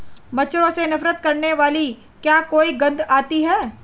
मच्छरों से नफरत करने वाली क्या कोई गंध आती है?